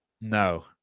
no